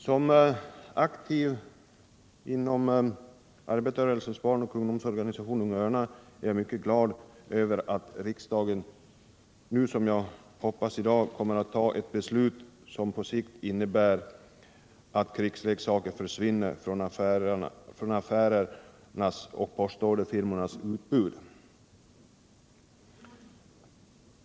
Som aktiv inom arbetarrörelsens barnoch ungdomsorganisation Unga Örnar är jag mycket glad över att riksdagen nu, som jag hoppas, idag kommeratt ta ett beslut som innebär att krigsleksakerna på sikt försvinner från affärers och postorderfirmors utbud.